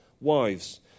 Wives